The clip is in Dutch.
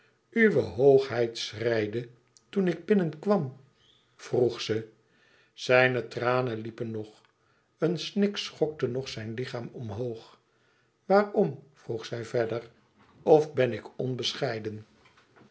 uw hoogheid schreide toen ik binnenkwam vroeg ze zijne tranen liepen nog een snik schokte nog zijn lichaam omhoog waarom vroeg ze verder of ben ik onbescheiden